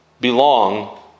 belong